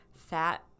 Fat